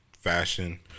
fashion